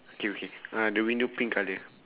okay okay uh the window pink colour